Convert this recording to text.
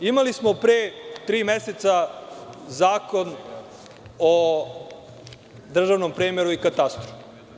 Imali smo pre tri meseca zakon o državnom premeru i katastru.